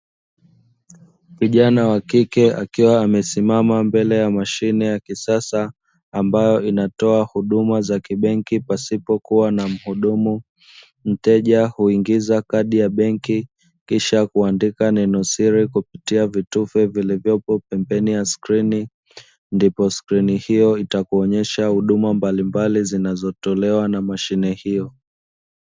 Kijana wa kike akiwa amesimama mbele ya mashine ya kisasa ambayo inatoa huduma za kibenki, pasipokuwa na mhudumu mteja huingia benki, kisha kuandika neno siri kupitia vitufe vilivyopo pembeni ya skrini, ndipo skrini hiyo itakuonyesha huduma mbalimbali zinazotolewa na mashine hiyo.